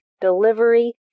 delivery